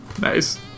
Nice